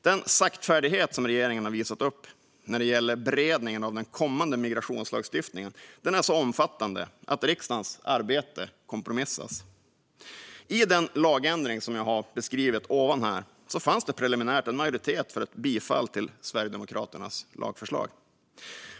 Den saktfärdighet som regeringen visat upp när det gäller beredningen av den kommande migrationslagstiftningen är så omfattande att riksdagens arbete äventyras. När det gäller den lagändring jag nämnde fanns det preliminärt en majoritet för att bifalla Sverigedemokraternas förslag.